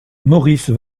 maurice